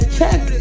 check